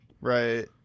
right